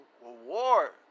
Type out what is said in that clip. war